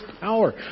power